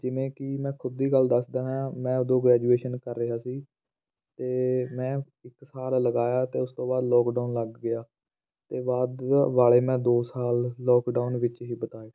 ਜਿਵੇਂ ਕਿ ਮੈਂ ਖੁਦ ਦੀ ਗੱਲ ਦੱਸਦਾ ਹਾਂ ਮੈਂ ਉਦੋਂ ਗ੍ਰੈਜੁਏਸ਼ਨ ਕਰ ਰਿਹਾ ਸੀ ਅਤੇ ਮੈਂ ਇੱਕ ਸਾਲ ਲਗਾਇਆ ਅਤੇ ਉਸ ਤੋਂ ਬਾਅਦ ਲੋਕਡਾਊਨ ਲੱਗ ਗਿਆ ਅਤੇ ਬਾਅਦ ਵਾਲੇ ਮੈਂ ਦੋ ਸਾਲ ਲੋਕਡਾਊਨ ਵਿੱਚ ਹੀ ਬਿਤਾਏ